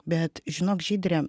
bet žinok žydre